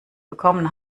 bekommen